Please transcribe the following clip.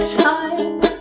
time